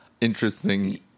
interesting